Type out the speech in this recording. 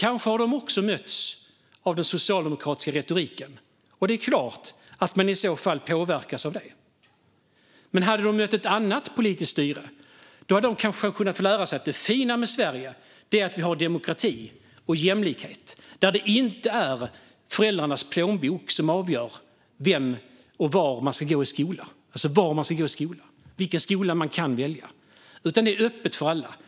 Kanske har de mötts av den socialdemokratiska retoriken. Det är klart att de i så fall har påverkats av det. Hade de mött ett annat politiskt styre hade de kanske kunnat få lära sig att det fina med Sverige är att vi har demokrati och jämlikhet. Det är inte föräldrarnas plånbok som avgör var man ska gå i skola och vilken skola man kan välja, utan det är öppet för alla.